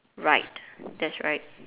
right that's right